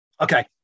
Okay